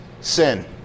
sin